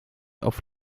auf